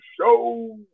show